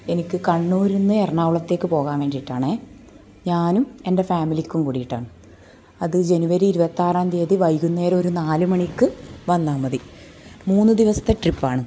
എനിക്ക് കണ്ണുരിൽനിന്ന് എറണാകുളത്തേക്ക് പോകാൻ വേണ്ടിയിട്ടാണേ ഞാനും എൻ്റെ ഫാമിലിക്കും കൂടിയിട്ടാണ് അത് ജനുവരി ഇരുപത്തിയാറാം തിയ്യതി വൈകുന്നേരം ഒരു നാലു മണിക്ക് വന്നാൽ മതി മൂന്ന് ദിവസത്തെ ട്രിപ്പാണ്